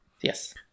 Yes